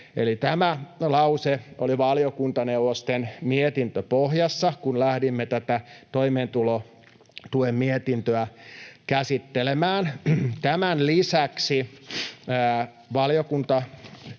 tämä lause oli valiokuntaneuvosten mietintöpohjassa, kun lähdimme tätä toimeentulotuen mietintöä käsittelemään. Tämän lisäksi valiokuntaneuvokset